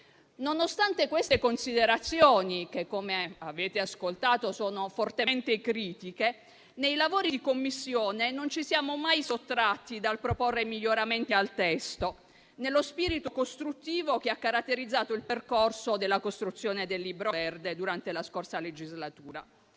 Nonostante queste considerazioni che - come avete ascoltato - sono fortemente critiche, nei lavori di Commissione non ci siamo mai sottratti dal proporre miglioramenti al testo, nello spirito costruttivo che ha caratterizzato il percorso della costruzione del Libro verde durante la scorsa legislatura.